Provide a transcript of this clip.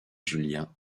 julien